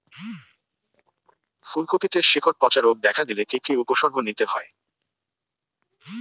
ফুলকপিতে শিকড় পচা রোগ দেখা দিলে কি কি উপসর্গ নিতে হয়?